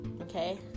Okay